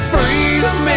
Freedom